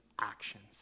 actions